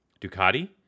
Ducati